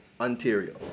Ontario